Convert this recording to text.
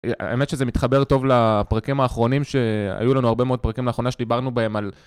האמת שזה מתחבר טוב לפרקים האחרונים, שהיו לנו הרבה מאוד פרקים לאחרונה, שדיברנו בהם על...